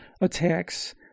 attacks